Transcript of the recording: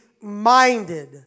minded